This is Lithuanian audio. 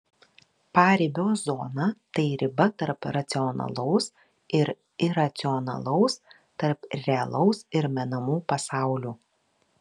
paribio zona tai riba tarp racionalaus ir iracionalaus tarp realaus ir menamų pasaulių